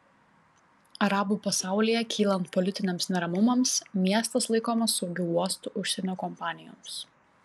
arabų pasaulyje kylant politiniams neramumams miestas laikomas saugiu uostu užsienio kompanijoms